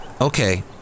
Okay